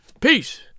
Peace